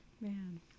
Man